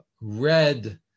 red